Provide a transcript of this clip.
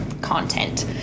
content